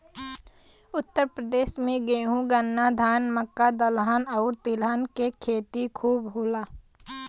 उत्तर प्रदेश में गेंहू, गन्ना, धान, मक्का, दलहन आउर तिलहन के खेती खूब होला